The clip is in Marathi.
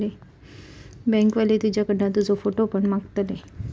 बँक वाले तुझ्याकडना तुजो फोटो पण मागतले